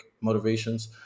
motivations